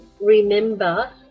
remember